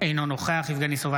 אינו נוכח יבגני סובה,